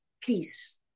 peace